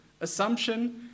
assumption